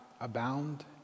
abound